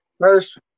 First